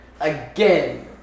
Again